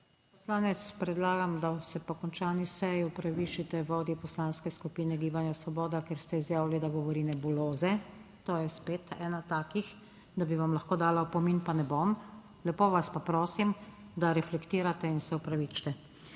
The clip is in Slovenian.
Poslanec, predlagam, da se po končani seji opravičite vodji Poslanske skupine Gibanja svoboda, ker ste izjavili, da govori nebuloze. To je spet ena takih, da bi vam lahko dala opomin, pa ne bom. Lepo vas pa prosim, da reflektirate in se opravičite.